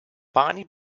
bunny